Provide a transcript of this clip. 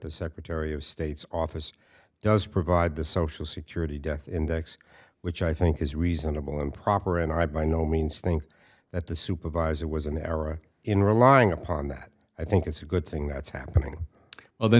the secretary of state's office does provide the social security death index which i think is reasonable and proper and i by no means think that the supervisor was an error in relying upon that i think it's a good thing that's happening well the